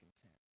content